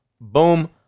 boom